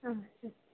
ಹಾಂ ಸರಿ